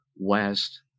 west